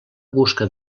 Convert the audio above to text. busca